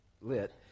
lit